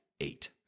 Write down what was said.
eight